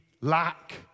lack